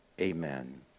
Amen